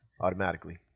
Automatically